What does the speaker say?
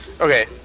Okay